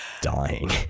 dying